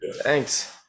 Thanks